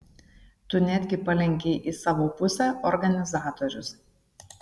tu netgi palenkei į savo pusę organizatorius